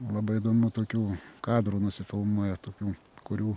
labai įdomių tokių kadrų nusifilmuoja tokių kurių